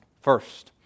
First